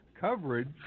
coverage